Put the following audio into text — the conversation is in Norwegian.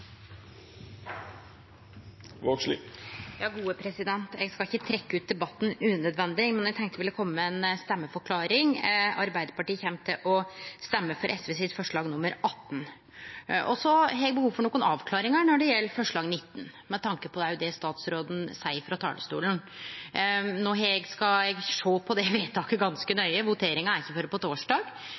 Eg skal ikkje trekkje ut debatten unødvendig, men eg tenkte eg ville kome med ei stemmeforklaring. Arbeidarpartiet kjem til å stemme for forslag nr. 18, frå SV. Så har eg behov for nokre avklaringar når det gjeld forslag nr. 19, òg med tanke på det statsråden seier frå talarstolen. No skal eg sjå ganske nøye på det vedtaket, voteringa er ikkje før på